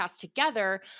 together